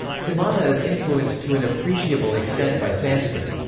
kannada is influenced to an appreciable extent by sanskrit.